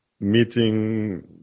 meeting